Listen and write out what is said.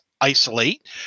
isolate